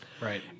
Right